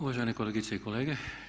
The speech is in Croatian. Uvažene kolegice i kolege.